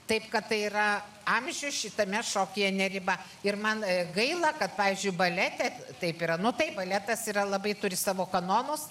taip kad tai yra amžius šitame šokyje ne riba ir man gaila kad pavyzdžiui balete taip yra nu tai baletas yra labai turi savo kanonus